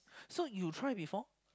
so you try before